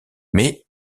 mais